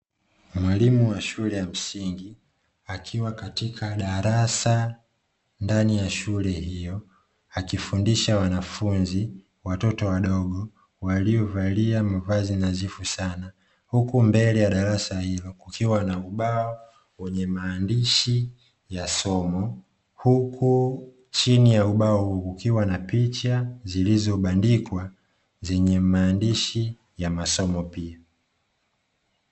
Mwalimu wa shule ya msingi akiwa katika darasa ndani ya shule hiyo akifundisha wanafunzi watoto wadogo waliovalia mavazi na nadhifu sana, huku mbele ya darasa hilo kukiwa na ubao wenye maandishi ya somo, huku chini ya ubao huu kukiwa na picha zilizobandikwa zenye maandishi ya masomo pia.